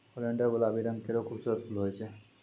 oleander गुलाबी रंग केरो खूबसूरत फूल होय छै